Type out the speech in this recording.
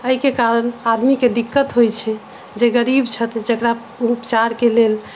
एहिके कारण आदमीके दिक्कत होइत छै जे गरीब छथि जेकरा उपचारके लेल